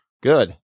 Good